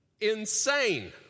insane